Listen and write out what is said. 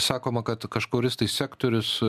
sakoma kad kažkuris tai sektorius